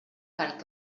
parc